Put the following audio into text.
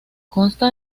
consta